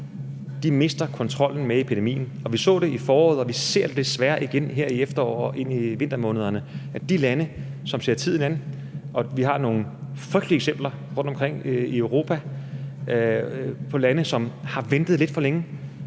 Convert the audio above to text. an, mister kontrollen med epidemien. Vi så det i foråret, og vi ser det desværre igen her i efteråret og i vintermånederne i de lande, som ser tiden an. Vi har nogle frygtelige eksempler rundtomkring i Europa på lande, som har ventet lidt for længe,